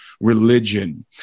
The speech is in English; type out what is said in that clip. religion